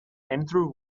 andrew